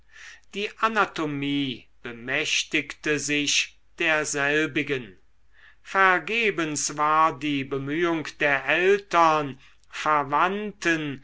die anatomie bemächtigte sich derselbigen vergebens war die bemühung der eltern verwandten